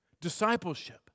Discipleship